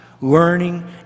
learning